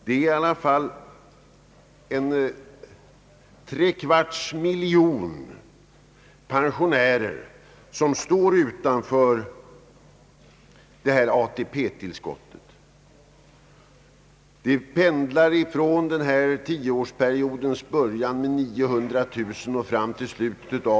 Det är ett faktum att tre kvarts mil jon pensionärer står utanför det här ATP-tillskottet. Siffran pendlar från 900 000 vid tioårsperiodens början till 600 000 vid tioårsperiodens slut.